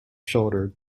shouldered